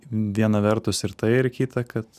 viena vertus ir tai ir kita kad